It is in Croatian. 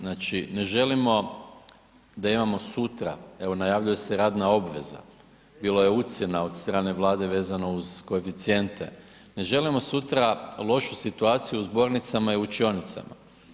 Znači ne želimo da imamo sutra, evo najavljuje se radna obveza, bilo je ucjena od strane Vlade vezano uz koeficijente, ne želimo sutra lošu situaciju u zbornicama i učionicama.